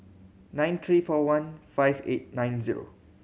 nine three four one five eight nine zero